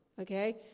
okay